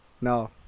No